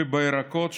ובירקות,